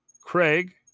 Craig